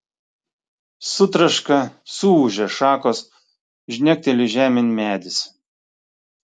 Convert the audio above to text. sutraška suūžia šakos žnekteli žemėn medis